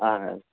اَہَن حظ